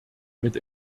mit